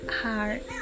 heart